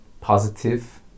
positive